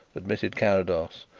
admitted carrados.